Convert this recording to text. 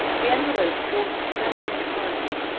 the envelope bore his crest and coronet,